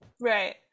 right